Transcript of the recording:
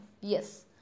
Yes